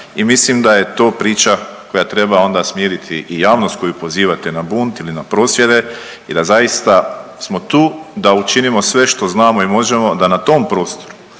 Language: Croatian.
mislim da je to priča koja treba onda smiriti i javnost koju pozivate na bunt ili na prosvjede i da zaista smo tu da učinimo sve što znamo i možemo da na tom prostoru